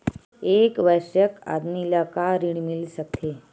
एक वयस्क आदमी ला का ऋण मिल सकथे?